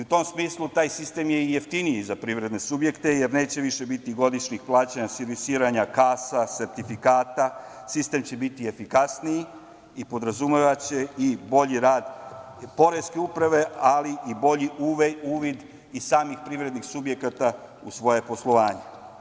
U tom smislu, taj sistem je i jeftiniji za privredne subjekte, jer neće više biti godišnjih plaćanja servisiranja kasa, sertifikata, sistem će biti efikasniji i podrazumevaće i bolji rad poreske uprave, ali i bolji uvid i samih privrednih subjekata u svoje poslovanje.